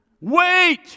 Wait